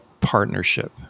partnership